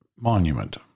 monument